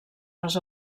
les